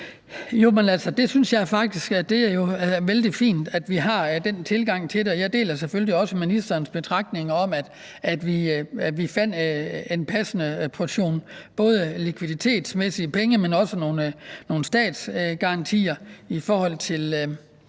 Det synes jeg faktisk er vældig fint, altså at vi har den tilgang til det, og jeg deler selvfølgelig også ministerens betragtning om, at vi fandt en passende portion likviditet, altså penge, men også nogle statsgarantier i forhold til